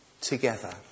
together